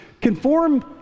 Conform